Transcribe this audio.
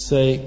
Say